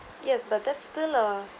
yes but that's still ah